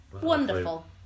wonderful